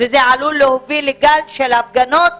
וזה עלול להוביל לגל הפגנות.